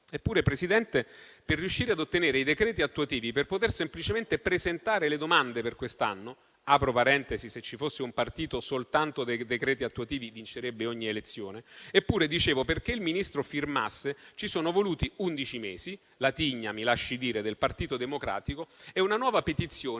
Eppure, Presidente, per riuscire ad ottenere i decreti attuativi per poter semplicemente presentare le domande per quest'anno (se ci fosse un partito soltanto dei decreti attuativi, vincerebbe ogni elezione) e perché il Ministro firmasse, ci sono voluti undici mesi - la tigna, mi lasci dire, del Partito Democratico - e una nuova petizione